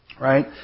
right